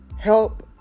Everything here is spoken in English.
help